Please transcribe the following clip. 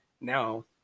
now